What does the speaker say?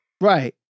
right